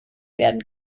werden